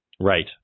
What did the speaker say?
Right